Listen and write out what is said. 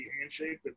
handshake